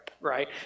right